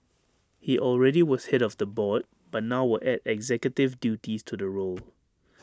he already was Head of the board but now will add executive duties to the role